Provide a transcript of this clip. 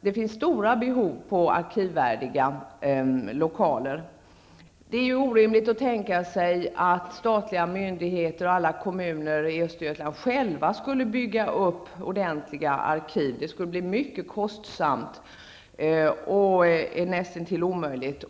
det finns stora behov på arkivvärdiga lokaler. Det är orimligt att tänka sig att statliga myndigheter och alla kommuner i Östergötland själva skulle bygga upp ordentliga arkiv. Det skulle bli mycket kostsamt och är näst intill omöjligt.